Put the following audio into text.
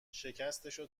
شکستشو